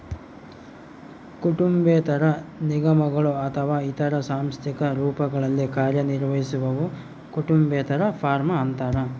ಕುಟುಂಬೇತರ ನಿಗಮಗಳು ಅಥವಾ ಇತರ ಸಾಂಸ್ಥಿಕ ರೂಪಗಳಲ್ಲಿ ಕಾರ್ಯನಿರ್ವಹಿಸುವವು ಕುಟುಂಬೇತರ ಫಾರ್ಮ ಅಂತಾರ